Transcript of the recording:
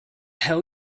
hell